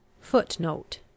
Footnote